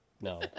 No